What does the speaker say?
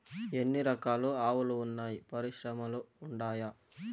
ఎన్ని రకాలు ఆవులు వున్నాయి పరిశ్రమలు ఉండాయా?